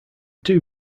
two